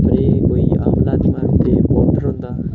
कोई कोई अपना दिमाग दा ओवर होंदा